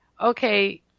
okay